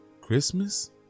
christmas